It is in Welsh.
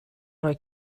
rhoi